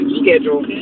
schedule